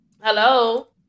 Hello